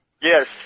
Yes